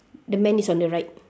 the man is on the right